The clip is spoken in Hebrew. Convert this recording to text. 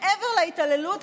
מעבר להתעללות,